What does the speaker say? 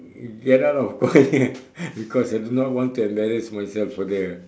get out of choir because I do not want to embarrass myself further